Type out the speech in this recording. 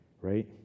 right